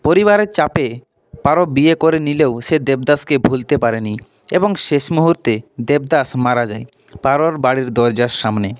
পরিবারের চাপে পারো বিয়ে করে নিলেও সে দেবদাসকে ভুলতে পারেনি এবং শেষ মুহূর্তে দেবদাস মারা যায় পারোর বাড়ির দরজার সামনে